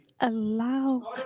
allow